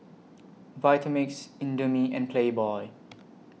Vitamix Indomie and Playboy